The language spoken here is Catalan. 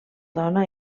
dona